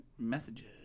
Messages